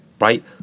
right